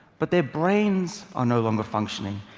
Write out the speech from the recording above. but their brains are no longer functioning.